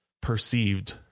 perceived